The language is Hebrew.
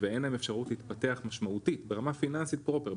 ואין להם אפשרות להתפתח משמעותית ברמה פיננסית פרופר,